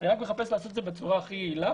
אני רק מחפש לעשות את זה בצורה הכי יעילה